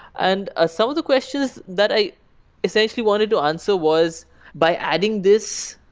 and ah some of the questions that i essentially wanted to answer was by adding this,